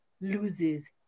loses